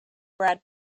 brad